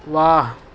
واہ